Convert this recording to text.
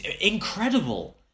incredible